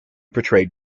portrayed